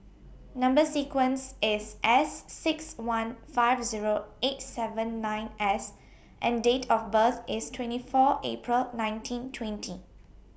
Number sequence IS S six one five Zero eight seven nine S and Date of birth IS twenty four April nineteen twenty